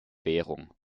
währung